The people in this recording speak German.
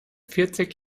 vierzig